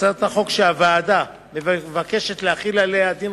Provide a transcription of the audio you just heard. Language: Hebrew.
בהצעת החוק שהוועדה מבקשת להחיל עליה דין